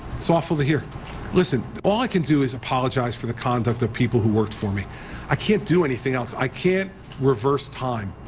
it's awful here listen all i can do is apologize for the conduct the people who work for me i can't do anything else i cant were first-time